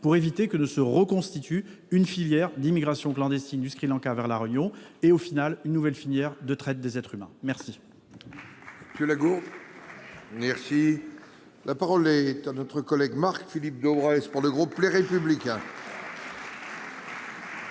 d'éviter que ne se reconstitue une filière d'immigration clandestine du Sri Lanka vers La Réunion, qui serait, au final, une nouvelle filière de traite des êtres humains. La